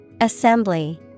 Assembly